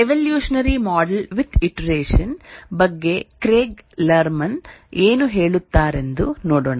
evolutionary model with iteration ಬಗ್ಗೆ Craig Larman ಏನು ಹೇಳುತ್ತಾರೆಂದು ನೋಡೋಣ